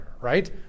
right